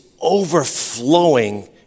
overflowing